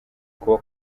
kuba